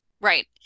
Right